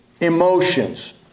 emotions